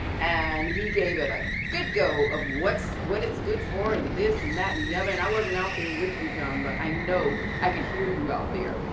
and he gave it a good go of what's what it's good for and this and that and the other. and i wasn't out there with you john, but i know, i could hear you out there.